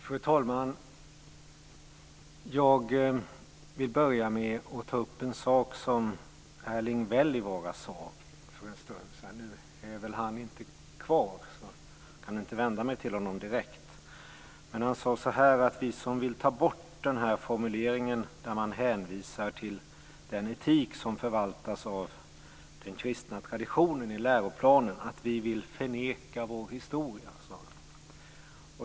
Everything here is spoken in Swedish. Fru talman! Jag vill börja med att ta upp en sak som Erling Wälivaara sade för en stund sedan. Nu är han väl inte kvar, så jag kan inte vända mig till honom direkt. Han sade att vi som vill ta bort formuleringen där man hänvisar till den etik som förvaltas av den kristna traditionen i läroplanen vill förneka vår historia.